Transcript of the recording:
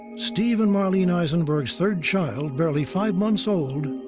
steve and marlene aisenberg's third child, barely five months old,